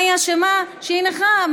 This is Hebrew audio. מה היא אשמה שהיא נכה?